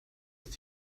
ist